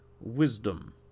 wisdom